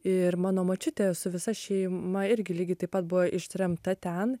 ir mano močiutė su visa šeima irgi lygiai taip pat buvo ištremta ten